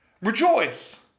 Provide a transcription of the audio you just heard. Rejoice